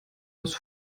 das